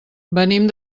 venim